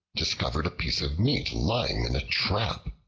discovered a piece of meat lying in a trap,